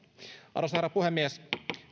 arvoisa herra puhemies